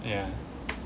ya